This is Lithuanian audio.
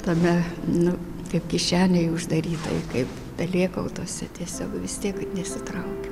tame nu taip kišenėj uždarytoj kaip pelėkautuose tiesiog vis tiek nesitraukiau